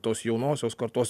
tos jaunosios kartos